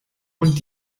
und